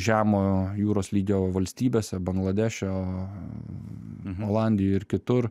žemo jūros lygio valstybėse bangladeše olandijoj ir kitur